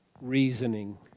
reasoning